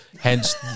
Hence